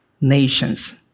nations